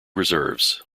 reserves